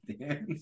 dance